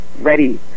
ready